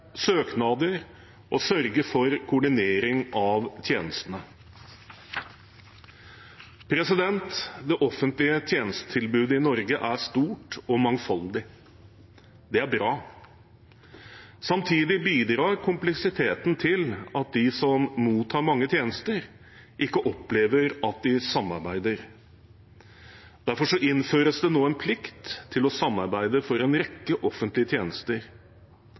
søknader og sørge for koordinering av tjenestene. Det offentlige tjenestetilbudet i Norge er stort og mangfoldig. Det er bra. Samtidig bidrar kompleksiteten til at de som mottar mange tjenester, ikke opplever at tjenestene samarbeider. Derfor innføres det nå en plikt til å samarbeide for en rekke offentlige tjenester.